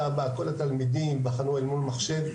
הבאה כל התלמידים ייבחנו אל מול מחשב.